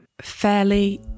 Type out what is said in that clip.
Fairly